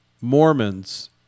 Mormons